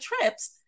trips